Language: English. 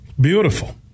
Beautiful